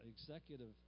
executive